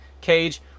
cage